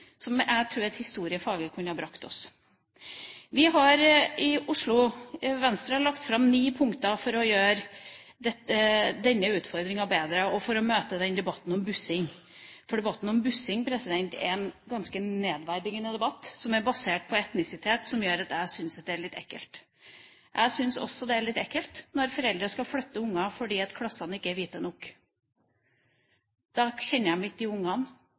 som jeg tror historiefaget kunne brakt oss. Vi har i Oslo Venstre lagt fram ni punkter for å møte denne utfordringa bedre, og for å møte debatten om bussing. Debatten om bussing er en ganske nedverdigende debatt som er basert på etnisitet, og som gjør at jeg syns det er litt ekkelt. Jeg syns også det er litt ekkelt når foreldre skal flytte unger fordi klassene ikke er hvite nok. De kjenner ikke de andre ungene, de har aldri møtt dem, de har aldri snakket med dem. Hvorfor tror de at de ungene